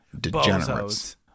degenerates